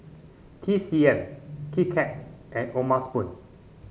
T C M Kit Kat and O'ma Spoon